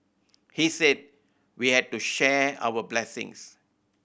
he said we had to share our blessings